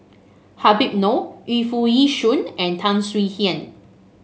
Habib Noh Yu Foo Yee Shoon and Tan Swie Hian